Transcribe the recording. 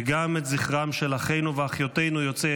וגם את זכרם של אחינו ואחיותינו יוצאי